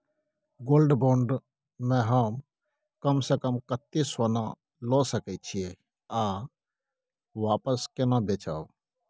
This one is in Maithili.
गोल्ड बॉण्ड म हम कम स कम कत्ते सोना ल सके छिए आ वापस केना बेचब?